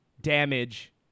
damage